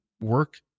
work